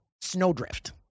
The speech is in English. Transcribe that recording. snowdrift